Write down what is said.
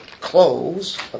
clothes